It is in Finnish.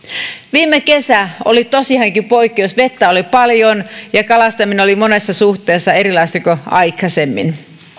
viime kesä oli tosiaankin poikkeus vettä oli paljon ja kalastaminen oli monessa suhteessa erilaista kuin aikaisemmin